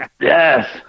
Yes